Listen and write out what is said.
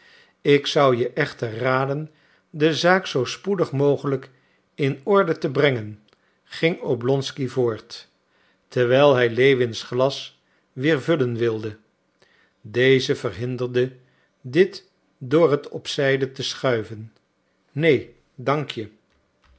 ik zou je echter raden de zaak zoo spoedig mogelijk in orde te brengen ging oblonsky voort terwijl hij lewins glas weer vullen wilde deze verhinderde dit door het op zijde te schuiven neen dank je